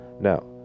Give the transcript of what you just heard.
now